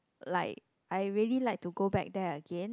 like I really like to go back there again